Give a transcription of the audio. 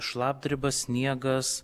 šlapdriba sniegas